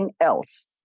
else